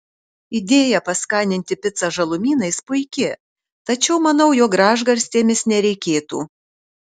idėja paskaninti picą žalumynais puiki tačiau manau jog gražgarstėmis nereikėtų